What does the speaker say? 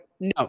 No